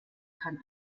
kann